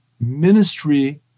ministry